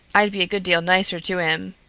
i'd be a good deal nicer to him.